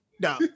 no